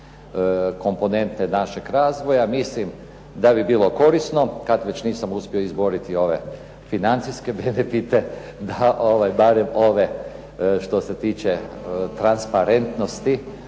komponente našeg razvoja, mislim da bi bilo korisno kada već nisam uspio izboriti ove financijske ... da barem ove što se tiče transparentnosti,